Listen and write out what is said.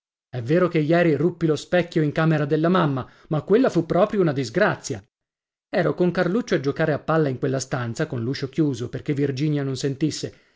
è vero che ieri ruppi lo specchio in camera della mamma ma quella fu proprio una disgrazia ero con carluccio a giocare a palla in quella stanza con l'uscio chiuso perché virginia non sentisse